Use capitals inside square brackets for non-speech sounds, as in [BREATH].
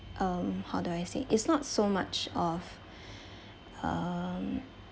um how do I say it's not so much of [BREATH] um